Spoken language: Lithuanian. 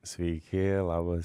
sveiki labas